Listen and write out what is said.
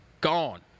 gone